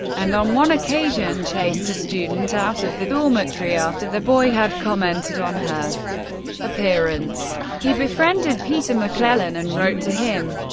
and on one occasion chased a student out of the dormitory after the boy had commented on her appearance. he befriended peter maclellan and wrote to him,